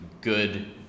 good